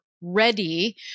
ready